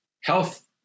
health